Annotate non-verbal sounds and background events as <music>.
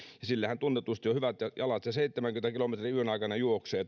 sillähän tunnetusti on hyvät jalat se seitsemänkymmentä kilometriä yön aikana juoksee <unintelligible>